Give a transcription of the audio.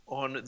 on